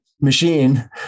machine